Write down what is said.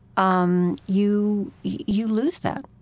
um, you you lose that.